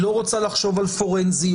היא לא רוצה לחשוב על פורנזיות.